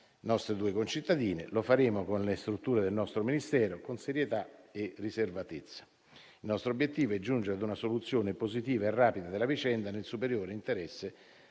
nostre due concittadine. Lo faremo con le strutture del nostro Ministero, con serietà e riservatezza. Il nostro obiettivo è giungere a una soluzione positiva e rapida della vicenda nel superiore interesse